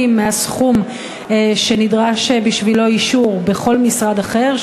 מהסכום שנדרש בשבילו אישור בכל משרד אחר,